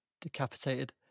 decapitated